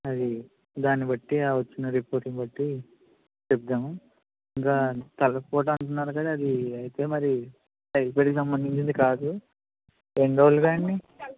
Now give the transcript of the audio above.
అది దానిబట్టి ఆ వచ్చిన రిపోర్టులను బట్టి చెప్దాము ఇంకా తలపోటు అంటున్నారు కదా అది అయితే మరి టైఫాయిడ్కి సంబంధించింది కాదు ఎన్ని రోజులుగా అండీ